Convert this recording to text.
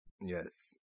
yes